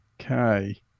Okay